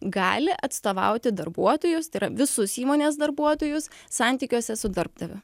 gali atstovauti darbuotojus tai yra visus įmonės darbuotojus santykiuose su darbdaviu